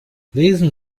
lesen